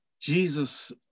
Jesus